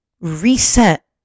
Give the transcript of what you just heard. reset